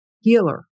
healer